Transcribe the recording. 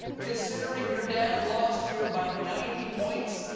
considering your dad lost here by ninety points,